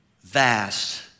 vast